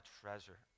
treasure